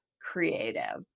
creative